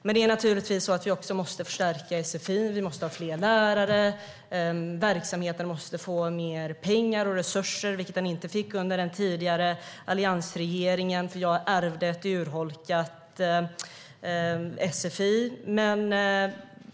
Vi måste naturligtvis också förstärka sfi. Vi måste ha fler lärare, och verksamheten måste få mer pengar och resurser, vilket den inte fick under den tidigare alliansregeringen - jag ärvde ett urholkat sfi.